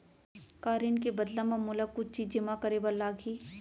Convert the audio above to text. का ऋण के बदला म मोला कुछ चीज जेमा करे बर लागही?